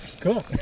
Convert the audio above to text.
cool